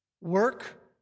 work